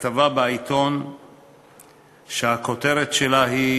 כתבה בעיתון שהכותרת שלה היא: